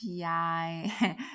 PI